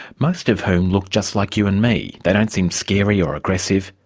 most of whom look just like you and me they don't seem scary or aggressive,